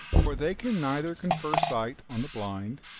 for they can neither confer sight on the blind,